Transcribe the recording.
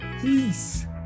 peace